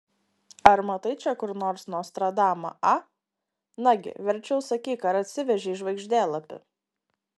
ar matai čia kur nors nostradamą a nagi verčiau sakyk ar atsivežei žvaigždėlapį